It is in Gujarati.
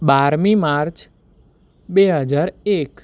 બારમી માર્ચ બે હજાર એક